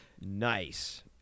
nice